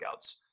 workouts